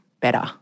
better